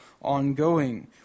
ongoing